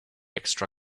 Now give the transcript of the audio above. extra